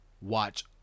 watch